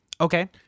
Okay